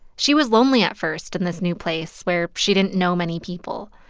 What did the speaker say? she was lonely at first in this new place where she didn't know many people.